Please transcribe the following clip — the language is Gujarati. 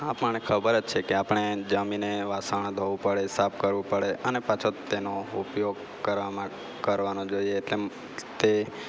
આપણને ખબર જ છે કે આપણે જમીને વાસણ ધોવું પડે સાફ કરવું પડે અને પાછો તેનો ઉપયોગ કરવાનો જોઈએ એટલે એમ તે